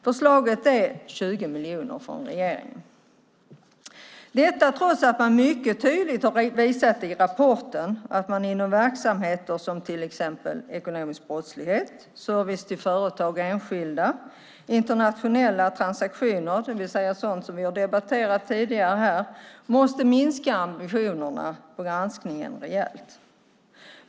Förslaget är 20 miljoner från regeringen, detta trots att man från Skatteverket mycket tydligt har visat i rapporter att man inom verksamheter som exempelvis ekonomisk brottslighet, service till företag och enskilda, internationella transaktioner, som vi debatterat tidigare här, måste minska ambitionerna på granskningen rejält.